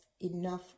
enough